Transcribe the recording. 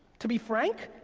to be frank,